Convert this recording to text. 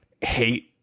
hate